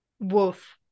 Wolf